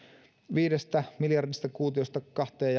viidestä miljardista kuutiosta kahteen